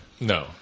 No